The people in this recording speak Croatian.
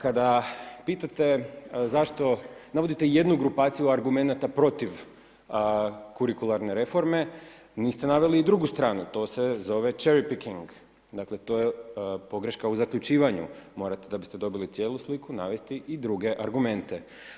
Kada pitate zašto navodite jednu grupaciju argumenata protiv kurikularne reforme niste naveli i drugu stranu, to se zove cherry picking, dakle to je pogreška u zaključivanju, morate, da biste dobili cijelu sliku navesti i druge argumente.